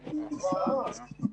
בבקשה.